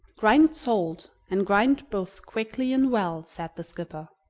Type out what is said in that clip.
grind salt, and grind both quickly and well, said the skipper.